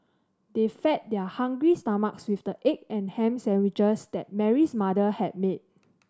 they fed their hungry stomachs with the egg and ham sandwiches that Mary's mother had made